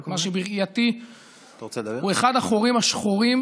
מה שבראייתי הוא אחד החורים השחורים